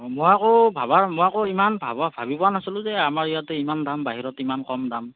অ মই আকৌ ভবা মই আকৌ ইমান ভবা ভাবি পোৱা নাছিলোঁ যে আমাৰ ইয়াতে ইমান দাম বাহিৰত ইমান কম দাম